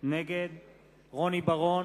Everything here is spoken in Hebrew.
מדובר בהסתייגות.